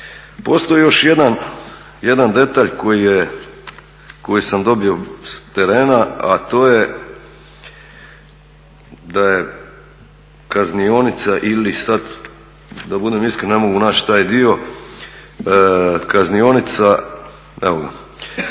Postoji još jedan detalj koji sam dobio s terena, a to je da je kaznionica ili sad da budem iskren ne mogu naći taj dio, kaznionica,